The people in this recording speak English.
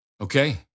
Okay